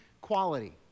quality